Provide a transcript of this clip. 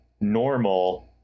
normal